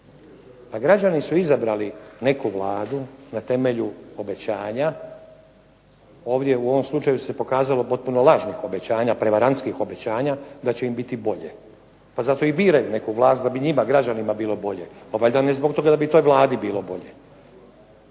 A građani su izabrali neku Vladu na temelju obećanja. Ovdje u ovom slučaju se pokazalo potpuno lažnih obećanja, prevarantskih obećanja da će im biti bolje, pa zato i biraju neku vlast da bi njima građanima bilo bolje. Pa ne valjda zbog toga da bi toj Vladi bilo bolje,